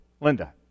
Linda